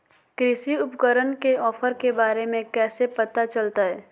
कृषि उपकरण के ऑफर के बारे में कैसे पता चलतय?